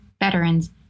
veterans